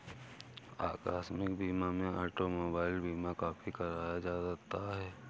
आकस्मिक बीमा में ऑटोमोबाइल बीमा काफी कराया जाता है